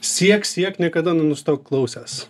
siek siek niekada nenustok klausęs